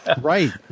Right